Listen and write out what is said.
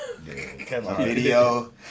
Video